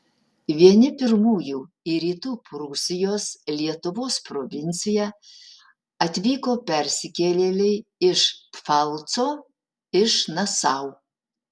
vieni pirmųjų į rytų prūsijos lietuvos provinciją atvyko persikėlėliai iš pfalco iš nasau